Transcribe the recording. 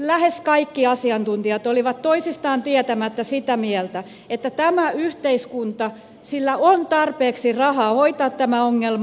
lähes kaikki asiantuntijat olivat toisistaan tietämättä sitä mieltä että tällä yhteiskunnalla on tarpeeksi rahaa hoitaa tämä ongelma